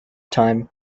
time